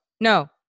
no